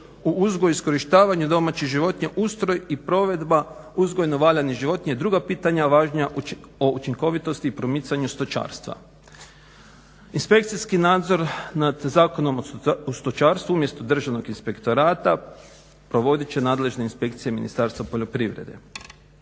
u uzgoju, iskorištavanje domaćih životinja, ustroj i provedba uzgojno-valjanih životinja, druga pitanja važna o učinkovitosti i promicanju stočarstva. Inspekcijski nadzor nad Zakonom o stočarstvu umjesto Državnog inspektorata provodit će nadležne inspekcije Ministarstva poljoprivrede.